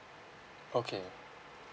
okay